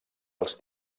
els